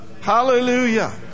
Hallelujah